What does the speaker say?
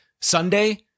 Sunday